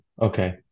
Okay